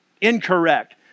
incorrect